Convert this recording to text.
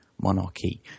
monarchy